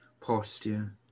posture